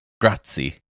Grazie